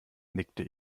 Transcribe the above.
nickte